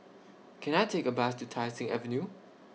Can I Take A Bus to Tai Seng Avenue